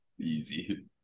easy